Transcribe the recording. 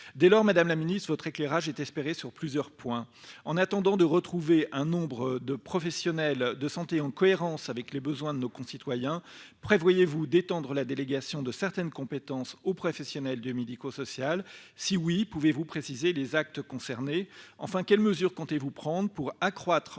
Dès lors, madame la ministre, votre éclairage est espéré sur plusieurs points. En attendant de retrouver un nombre de professionnels de santé en cohérence avec les besoins de nos concitoyens, prévoyez-vous d'étendre la délégation de certaines compétences aux professionnels du médico-social ? Si oui, pouvez-vous préciser les actes concernés ?